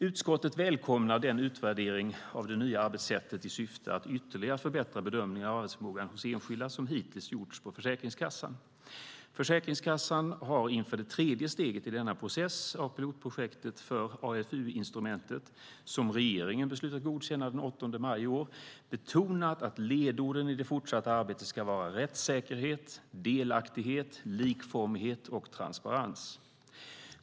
Utskottet välkomnar utvärderingen av det nya arbetssättet i syfte att ytterligare förbättra bedömningen av arbetsförmågan hos enskilda som hittills gjorts på Försäkringskassan. Försäkringskassan har inför det tredje steget i denna process av pilotprojektet för AFU-instrumentet, som regeringen beslutade godkänna den 8 maj i år, betonat att ledorden i det fortsatta arbetet ska vara rättssäkerhet, delaktighet, likformighet och transparens.